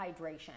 hydration